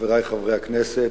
חברי חברי הכנסת,